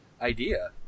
idea